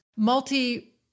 Multi